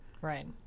Right